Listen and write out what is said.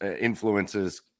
influences